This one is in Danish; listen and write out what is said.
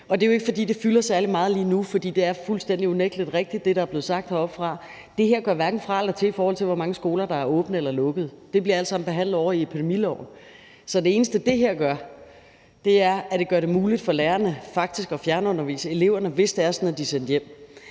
Det er jo ikke, fordi det fylder særlig meget lige nu, for det, der er blevet sagt heroppefra, er unægtelig fuldstændig rigtigt, nemlig at det her hverken gør fra eller til, i forhold til hvor mange skoler der er åbne eller lukkede. Det bliver alt sammen behandlet ovre i epidemiloven. Så det eneste, det her gør, er, at det gør det muligt for lærerne faktisk at fjernundervise eleverne, hvis det er sådan, at de er sendt hjem.